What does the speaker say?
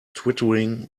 twittering